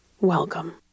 Welcome